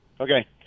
okay